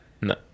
No